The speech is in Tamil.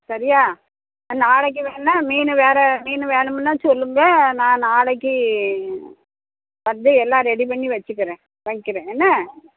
ஆ சரியா நாளைக்கு வேணா மீன் வேறு மீன் வேணும்ன்னா சொல்லுங்கள் நான் நாளைக்கு வந்து எல்லாம் ரெடி பண்ணி வச்சுக்கிறேன் வைக்கிறேன் என்ன